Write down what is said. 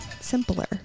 simpler